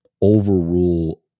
overrule